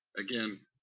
again,